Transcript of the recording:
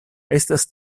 estas